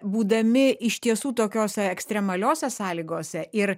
būdami iš tiesų tokiose ekstremaliose sąlygose ir